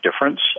difference